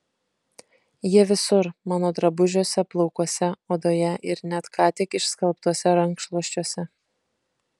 ji visur mano drabužiuose plaukuose odoje ir net ką tik išskalbtuose rankšluosčiuose